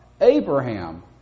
Abraham